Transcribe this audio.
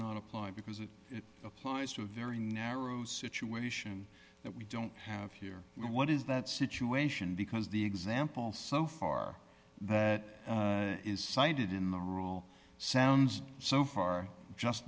not apply because it applies to a very narrow situation that we don't have here what is that situation because the example so far that is cited in the rule sounds so far just